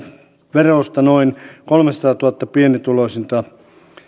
verosta noin kolmesataatuhatta pienituloisinta